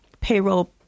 payroll